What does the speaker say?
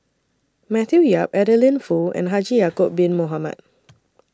Matthew Yap Adeline Foo and Haji Ya'Acob Bin Mohamed